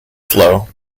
flow